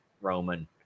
Roman